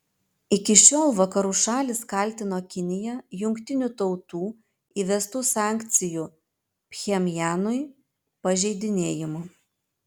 iki šiol vakarų šalys kaltino kiniją jungtinių tautų įvestų sankcijų pchenjanui pažeidinėjimu